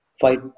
fight